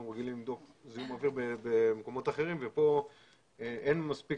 רגילים לבדוק זיהום אוויר במקומות אחרים וכאן אין מספיק